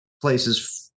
places